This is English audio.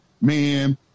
Man